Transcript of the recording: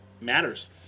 matters